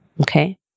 okay